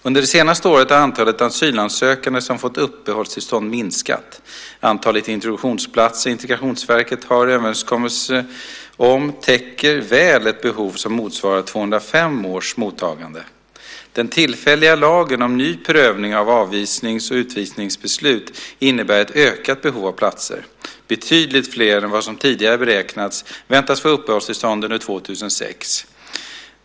Under det senaste året har antalet asylsökande som fått uppehållstillstånd minskat. Antalet introduktionsplatser som Integrationsverket har överenskommelser om täcker väl ett behov som motsvarar 2005 års mottagande. Den tillfälliga lagen om ny prövning av avvisnings och utvisningsbeslut innebär ett ökat behov av platser. Betydligt fler än vad som tidigare beräknats väntas få uppehållstillstånd under 2006.